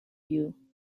you